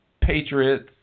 Patriots